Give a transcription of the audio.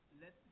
let